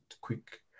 quick